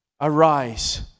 arise